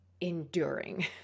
enduring